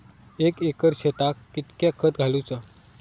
एक एकर शेताक कीतक्या खत घालूचा?